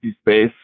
space